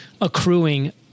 accruing